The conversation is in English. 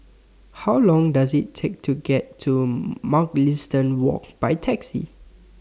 How Long Does IT Take to get to Mugliston Walk By Taxi